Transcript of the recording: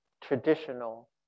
traditional